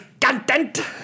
content